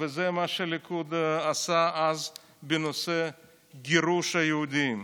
וזה מה שהליכוד עשה אז בנושא גירוש היהודים.